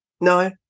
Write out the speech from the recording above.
No